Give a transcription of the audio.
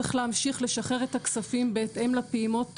צריך להמשיך לשחרר את הכספים בהתאם לפעימות.